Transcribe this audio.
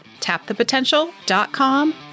tapthepotential.com